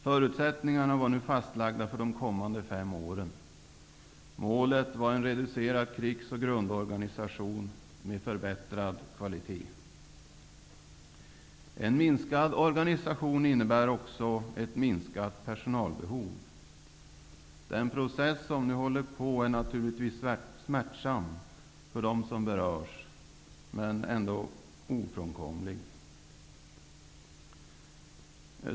Förutsättningarna var fastlagda för de kommande fem åren. Målet var en reducerad krigs och grundorganisation med förbättrad kvalitet. En minskad organisation innebär också ett minskat personalbehov. Den process som nu sker är naturligtvis smärtsam för dem som berörs, men den är ändå ofrånkomlig.